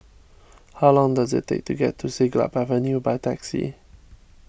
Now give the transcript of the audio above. how long does it take to get to Siglap Avenue by taxi